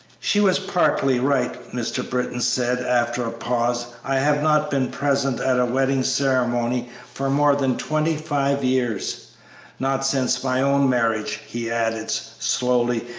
she was partly right, mr. britton said, after a pause i have not been present at a wedding ceremony for more than twenty-five years not since my own marriage, he added, slowly,